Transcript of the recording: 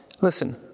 Listen